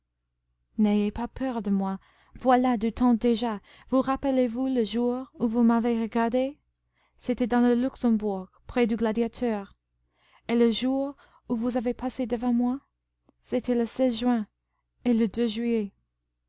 n'ayez pas peur de moi voilà du temps déjà vous rappelez-vous le jour où vous m'avez regardé c'était dans le luxembourg près du gladiateur et le jour où vous avez passé devant moi c'étaient le juin et le juillet